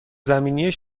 زمینی